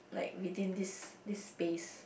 like within this this space